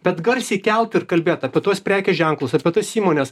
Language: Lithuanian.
bet garsiai kelt ir kalbėt apie tuos prekės ženklus apie tas įmones